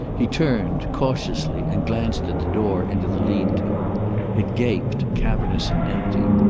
he turned, cautiously, and glanced at the door into the lean-to. it gaped, cavernous and empty.